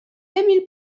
emil